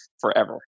forever